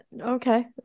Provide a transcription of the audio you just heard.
Okay